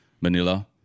Manila